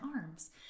arms